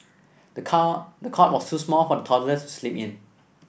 the cot was too small for the toddler to sleep in